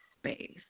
space